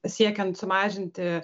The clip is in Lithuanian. siekiant sumažinti